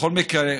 בכל מקרה,